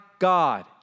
God